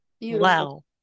wow